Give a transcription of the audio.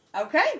Okay